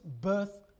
birth